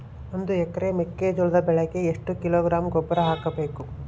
ಒಂದು ಎಕರೆ ಮೆಕ್ಕೆಜೋಳದ ಬೆಳೆಗೆ ಎಷ್ಟು ಕಿಲೋಗ್ರಾಂ ಗೊಬ್ಬರ ಹಾಕಬೇಕು?